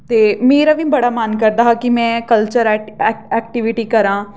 ते मेरा बी बड़ा मन करदा हा कि में कल्चर ऐक्ट ऐक्ट ऐक्टविटी करां